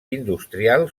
industrial